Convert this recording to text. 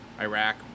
Iraq